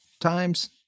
times